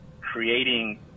creating